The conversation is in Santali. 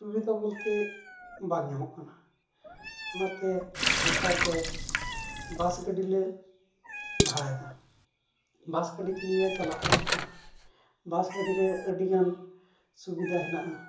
ᱥᱩᱵᱤᱛᱟ ᱵᱚᱞᱛᱮ ᱵᱟᱝ ᱧᱟᱢᱚᱜ ᱠᱟᱱᱟ ᱚᱱᱟᱛᱮ ᱱᱮᱛᱟᱨ ᱫᱚ ᱵᱟᱥ ᱜᱟᱹᱰᱤᱞᱮ ᱵᱷᱟᱲᱟᱭᱫᱟ ᱵᱟᱥ ᱜᱟᱹᱰᱤᱛᱮ ᱜᱮ ᱞᱮ ᱪᱟᱞᱟᱜ ᱦᱤᱡᱩᱜ ᱠᱟᱱᱟ ᱵᱟᱥ ᱜᱟᱹᱰᱤᱨᱮ ᱟᱹᱰᱤᱜᱟᱱ ᱥᱩᱵᱤᱫᱟ ᱦᱮᱱᱟᱜᱼᱟ